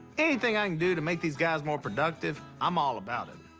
anything i can do to make these guys more productive, i'm all about it.